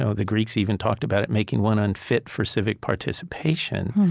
so the greeks even talked about it making one unfit for civic participation.